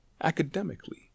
academically